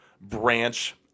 branch